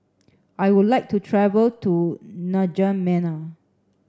I would like to travel to N'Djamena